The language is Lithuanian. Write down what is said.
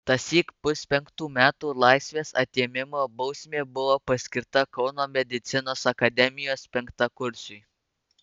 tąsyk puspenktų metų laisvės atėmimo bausmė buvo paskirta kauno medicinos akademijos penktakursiui